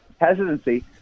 hesitancy